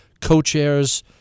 co-chairs